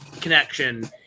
connection –